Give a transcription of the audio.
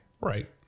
right